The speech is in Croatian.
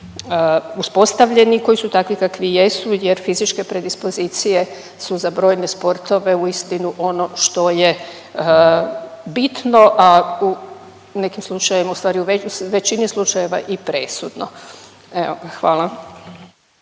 uspostavljeni, koji su takvi kakvi jesu jer fizičke predispozicije su za brojne sportove uistinu ono što je bitno, a u nekim slučajevima, a ustvari u većini slučajeva i presudno, evo